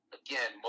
again